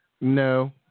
No